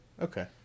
Okay